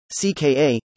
CKA